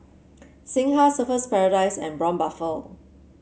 Singha Surfer's Paradise and Braun Buffel